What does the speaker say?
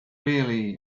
really